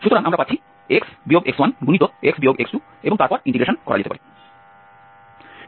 শব্দ সুতরাং আমরা পাচ্ছি x x1x x2 এবং তারপর ইন্টিগ্রেশন করা যেতে পারে